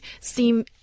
seem